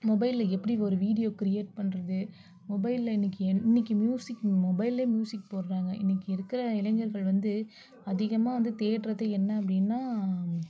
மொபைலில் எப்படி ஒரு வீடியோ கிரியேட் பண்ணுறது மொபைலில் இன்றைக்கி என் இன்றைக்கு மியூசிக் மொபைல்லையே மியூசிக் போடுகிறாங்க இன்றைக்கு இருக்கிற இளைஞர்கள் வந்து அதிகமாக வந்து தேடுவது என்ன அப்படின்னா